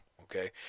Okay